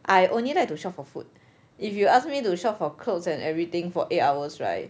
I only like to shop for food if you ask me to shop for clothes and everything for eight hours right